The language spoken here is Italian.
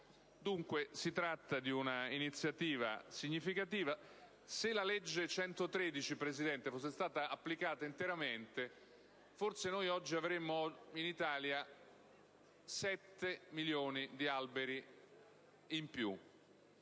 Dunque, si tratta di una iniziativa significativa. Se la legge n. 113 fosse stata applicata interamente, forse oggi avremmo in Italia 7 milioni di alberi in più.